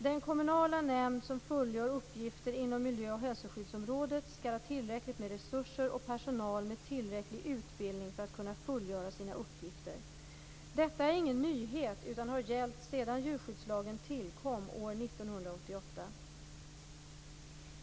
Den kommunala nämnd som fullgör uppgifter inom miljö och hälsoskyddsområdet skall ha tillräckligt med resurser och personal med tillräcklig utbildning för att kunna fullgöra sina uppgifter. Detta är ingen nyhet utan har gällt sedan djurskyddslagen tillkom år 1988.